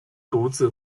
独自